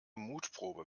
mutprobe